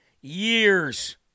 years